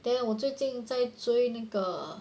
then 我最近在追那个